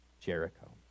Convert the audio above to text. Jericho